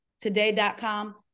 today.com